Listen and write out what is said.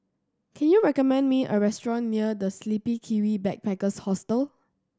can you recommend me a restaurant near The Sleepy Kiwi Backpackers Hostel